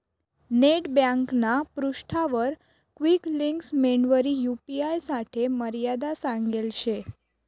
net ब्यांकना पृष्ठावर quick links मेंडवरी यू.पी.आय साठे मर्यादा सांगेल शे